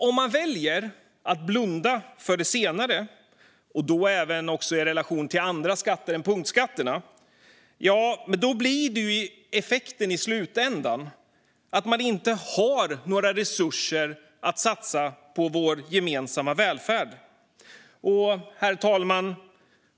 Om man väljer att blunda för det senare - även i relation till andra skatter än punktskatterna - blir effekten i slutändan att man inte har några resurser att satsa på vår gemensamma välfärd. Herr talman!